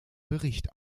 bericht